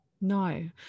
No